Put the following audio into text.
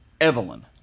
Evelyn